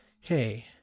hey